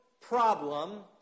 problem